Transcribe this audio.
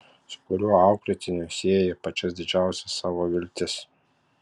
su kuriuo auklėtiniu sieji pačias didžiausias savo viltis